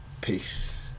Peace